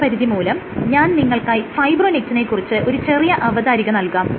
സമയപരിധി മൂലം ഞാൻ നിങ്ങൾക്കായി ഫൈബ്രോനെക്റ്റിനെ കുറിച്ച് ഒരു ചെറിയ അവതാരിക നൽകാം